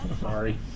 Sorry